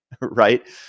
right